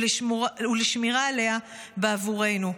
ולשמירה עליה בעבורנו.